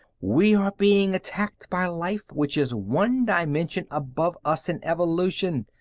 we are being attacked by life which is one dimension above us in evolution.